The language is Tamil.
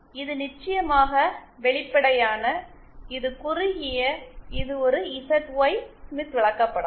இது நிச்சயமாக வெளிப்படையான இது குறுகிய இது ஒரு ZY ஸ்மித் விளக்கப்படம்